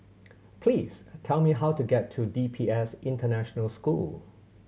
please tell me how to get to D P S International School